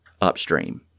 upstream